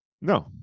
No